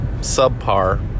subpar